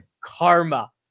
karma